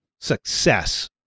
success